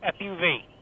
FUV